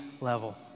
level